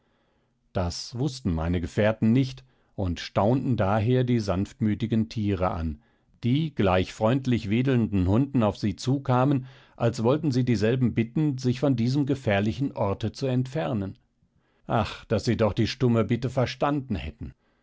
das wußten meine gefährten nicht und staunten daher die sanftmütigen tiere an die gleich freundlich wedelnden hunden auf sie zukamen als wollten sie dieselben bitten sich von diesem gefährlichen orte zu entfernen ach daß sie doch die stumme bitte verstanden hätten